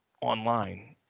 online